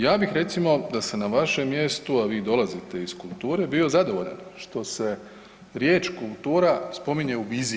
Ja bih recimo da sam na vašem mjestu, a vi dolazite iz kulture bio zadovoljan što se riječ kultura spominje u viziji.